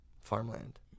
Farmland